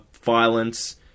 violence